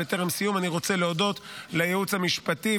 בטרם סיום אני רוצה להודות לייעוץ המשפטי,